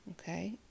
Okay